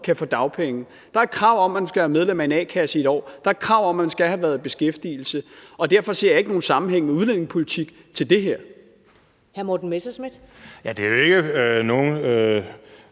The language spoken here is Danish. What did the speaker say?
kan få dagpenge. Der er et krav om, at man skal have været medlem af en a-kasse i 1 år. Der er et krav om, at man skal have været i beskæftigelse. Og derfor ser jeg ikke nogen sammenhæng mellem udlændingepolitik og det her. Kl. 15:46 Første næstformand (Karen